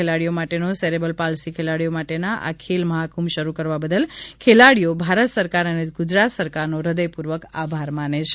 ખેલાડીઓ માટેનો cerebral palsy ખેલાડીઓ માટે આ ખેલ મહાકુંભ શરૂ કરવા બદલ ખેલાડીઓ ભારત સરકાર અને ગુજરાત સરકારનો હદયપૂર્વક આભાર માનેછે